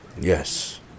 Yes